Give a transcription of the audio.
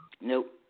Nope